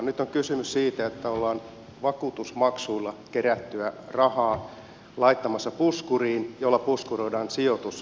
nyt on kysymys siitä että ollaan vakuutusmaksuilla kerättyä rahaa laittamassa puskuriin jolla puskuroidaan sijoitusriskiä